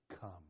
come